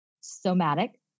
Somatic